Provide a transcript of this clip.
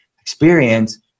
experience